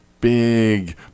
big